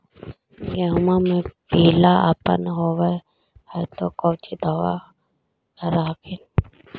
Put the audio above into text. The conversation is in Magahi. गोहुमा मे पिला अपन होबै ह तो कौची दबा कर हखिन?